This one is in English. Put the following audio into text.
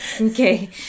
okay